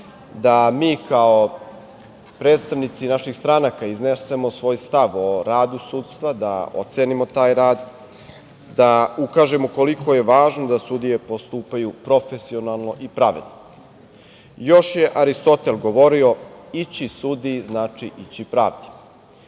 da mi kao predstavnici naših stranaka iznesemo svoj stav o radu sudstva, da ocenimo taj rad, da ukažemo koliko je važno da sudije postupaju profesionalno i pravedno. Još je Aristotel govorio – ići sudiji znači ići pravdi